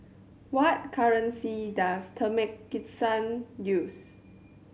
what currency does Turkmenistan use